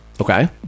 Okay